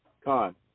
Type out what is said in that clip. Con